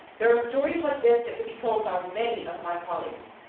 there are stories like this that could be told by many of my colleagues.